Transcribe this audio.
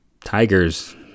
Tigers